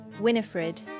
Winifred